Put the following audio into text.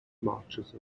marchers